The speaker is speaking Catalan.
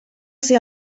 ser